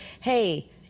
hey